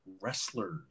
wrestlers